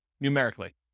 numerically